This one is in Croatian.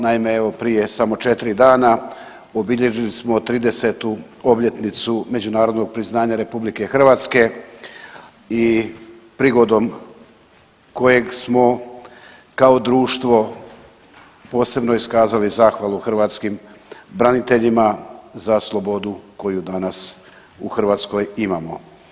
Naime, evo prije samo 4 dana obilježili smo 30-tu obljetnicu međunarodnog priznanja RH i prigodom kojeg smo kao društvo posebno iskazali zahvalu hrvatskim braniteljima za slobodu koju danas u Hrvatskoj imamo.